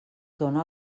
dóna